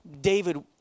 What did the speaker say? David